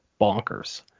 bonkers